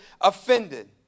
offended